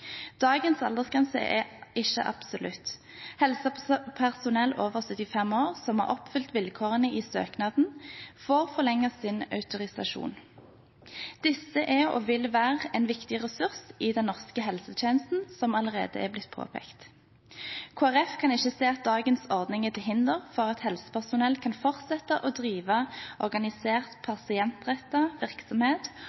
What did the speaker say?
Dagens aldersgrense er ikke absolutt. Helsepersonell over 75 år som har oppfylt vilkårene i søknaden, får forlenget sin autorisasjon. Disse er og vil være en viktig ressurs i den norske helsetjenesten, som det allerede er blitt påpekt. Kristelig Folkeparti kan ikke se at dagens ordning er til hinder for at helsepersonell kan fortsette å drive organisert pasientrettet virksomhet,